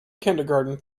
kindergarten